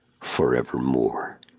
forevermore